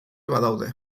daude